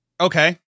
Okay